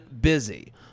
busy